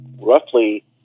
roughly